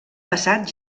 passat